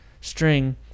string